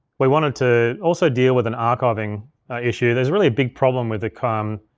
we wanted to also deal with an archiving issue. there's really a big problem with the come,